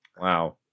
Wow